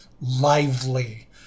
lively